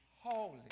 holy